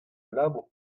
labour